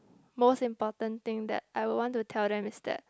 most important thing that I will want to tell them is that